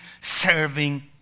serving